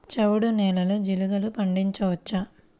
చవుడు నేలలో జీలగలు పండించవచ్చా?